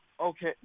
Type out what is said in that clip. okay